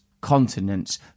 continents